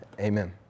Amen